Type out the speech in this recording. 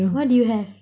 what did you have